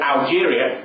Algeria